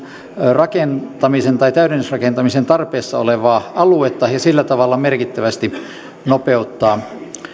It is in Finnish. rakentamisen tai täydennysrakentamisen tarpeessa olevaa aluetta ja sillä tavalla merkittävästi nopeuttaa